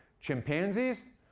chimpanzees,